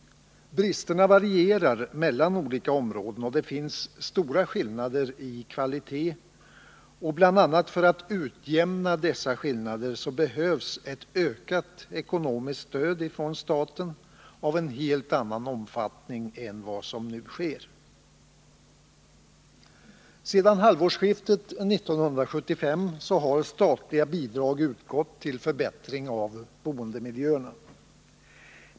Bristerna varierar mellan olika områden, och skillnaderna när det gäller kvaliteten är stora. Bl. a. för att utjämna dessa skillnader behövs ett ökat ekonomiskt stöd från staten av en helt annan omfattning än vad som 1 nu är fallet. Sedan halvårsskiftet 1975 har statliga bidrag utgått till förbättring av boendemiljön.